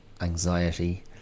anxiety